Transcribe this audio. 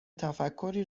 تفکری